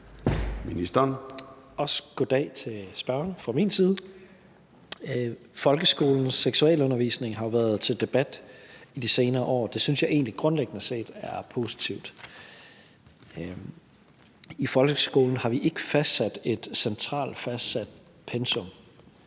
goddag til spørgeren fra min side af. Folkeskolens seksualundervisning har jo været til debat i de senere år. Det synes jeg egentlig grundlæggende set er positivt. I folkeskolen har vi ikke et centralt fastsat pensum.